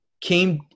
came